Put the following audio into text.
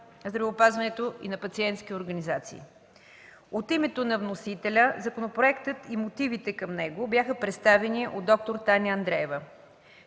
на здравеопазването и на пациентските организации. От името на вносителя законопроектът и мотивите към него бяха представени от д-р Таня Андреева.